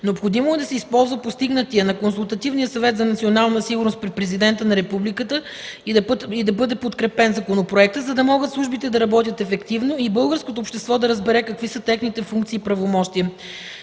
Необходимо е да се използва постигнатият консенсус на Консултативния съвет за национална сигурност при Президента на републиката и да бъде подкрепен законопроектът, за да могат службите да работят ефективно и българското общество да разбере какви са техните функции и правомощия.